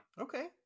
Okay